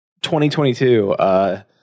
2022